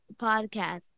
podcast